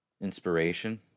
inspiration